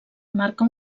manca